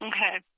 Okay